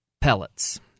pellets